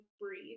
breathe